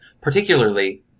particularly